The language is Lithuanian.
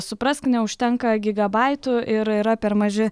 suprask neužtenka gigabaitų ir yra per maži